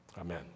amen